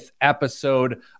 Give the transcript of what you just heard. episode